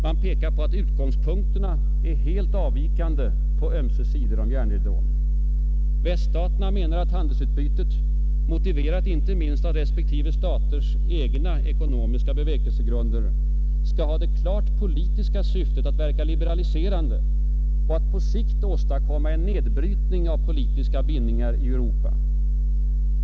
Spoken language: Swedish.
Man pekar på att utgångspunkterna är helt avvikande på ömse sidor om järnridån. Väststaterna menar att handelsutbytet, motiverat inte minst av respektive staters egna ekonomiska bevekelsegrunder, skall ha det klart politiska syftet att verka liberaliserande och att på sikt åstadkomma en nedbrytning av politiska bindningar i Europa.